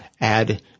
add